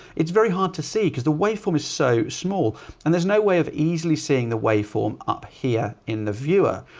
it's very hard to see because the wave form is so small and there's no way of easily seeing the wave form up here in the viewer.